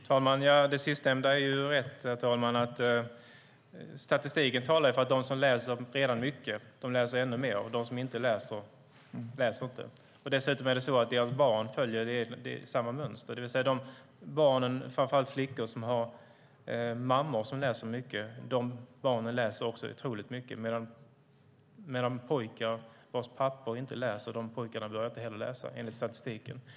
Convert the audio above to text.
Herr talman! Det sistnämnda är rätt. Statistiken talar för att de som redan läser mycket läser ännu mer och att de som inte läser blir fler. Deras barn följer samma mönster. De barn, framför allt flickor, som har mammor som läser mycket läser själva mycket, medan de pojkar vars pappor inte läser börjar inte själva läsa - enligt statistiken.